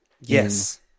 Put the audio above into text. Yes